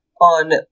on